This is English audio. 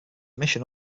mission